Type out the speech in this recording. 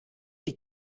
die